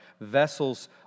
vessels